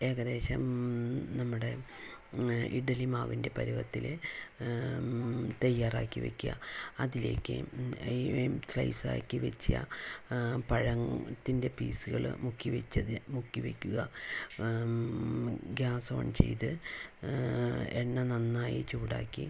ഏകദേശം നമ്മുടെ ഇഡ്ഡലി മാവിൻ്റെ പരുവത്തിൽ തയ്യാറാക്കി വെയ്ക്കുക അതിലേയ്ക്ക് സ്ലൈസ് ആക്കി വെച്ച പഴത്തിൻ്റെ പീസുകള് മുക്കിവെച്ചത് മുക്കിവെയ്ക്കുക ഗ്യാസ് ഓൺ ചെയ്ത് എണ്ണ നന്നായി ചൂടാക്കി